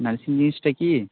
nursing জিনিসটা কী